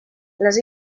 les